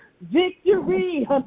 victory